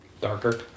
darker